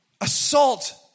assault